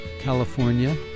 California